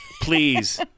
Please